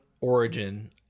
origin